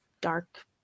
dark